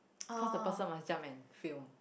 cause the person must jump and film